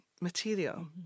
material